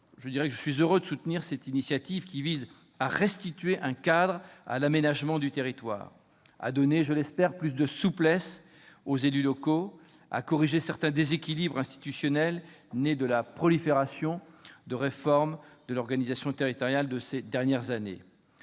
Pour conclure, je suis heureux de soutenir cette initiative, qui vise à restituer un cadre à l'aménagement du territoire, à donner, je l'espère, plus de souplesse aux élus locaux et à corriger certains déséquilibres institutionnels, nés de la prolifération de réformes de l'organisation territoriale de ces dernières années.